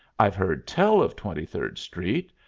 i've heard tell of twenty-third street,